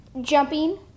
jumping